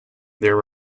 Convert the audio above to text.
there